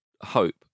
hope